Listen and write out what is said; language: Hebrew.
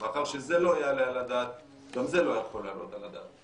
מאחר שזה לא יעלה על הדעת גם זה לא יכול לעלות על הדעת.